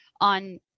on